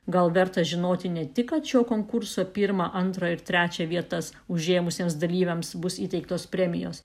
gal verta žinoti ne tik kad šio konkurso pirmą antrą ir trečią vietas užėmusiems dalyviams bus įteiktos premijos